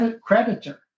creditor